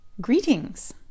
Greetings